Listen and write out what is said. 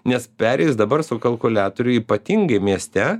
nes perėjus dabar su kalkuliatoriu ypatingai mieste